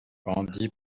grandit